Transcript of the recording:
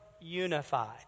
unified